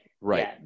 Right